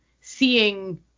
seeing